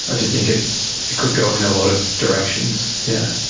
ah just think, it could go in a lot of directions, yeah.